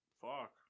Fuck